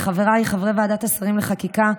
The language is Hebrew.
לחבריי חברי ועדת שרים לחקיקה,